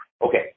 Okay